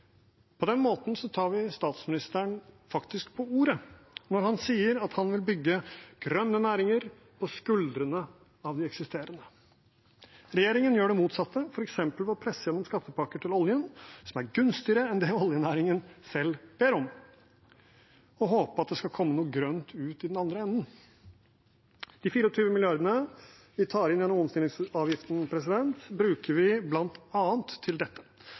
På den måten tar vi faktisk statsministeren på ordet når han sier at han vil bygge grønne næringer på skuldrene av de eksisterende. Regjeringen gjør det motsatte, f.eks. ved å presse gjennom skattepakker til oljenæringen som er gunstigere enn det oljenæringen selv ber om, og håper det skal komme noe grønt ut i den andre enden. De 24 mrd. kr vi tar inn gjennom omstillingsavgiften, bruker vi bl.a. til dette: